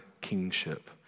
kingship